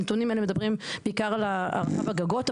הנתונים האלה מדברים בעיקר על ההערכה בגגות,